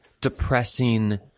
depressing